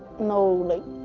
no. like,